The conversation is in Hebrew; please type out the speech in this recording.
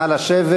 נא לשבת.